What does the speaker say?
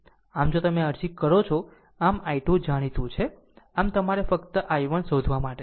આમ જો તમે અરજી કરો છો આમ i2 જાણીતું છે આમ તમારે ફક્ત i1 શોધવા માટે છે